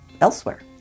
elsewhere